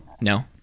No